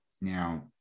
Now